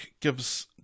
gives